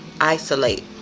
isolate